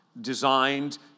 designed